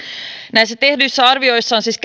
näissä tehdyissä arvioissa on siis